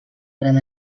gran